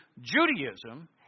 Judaism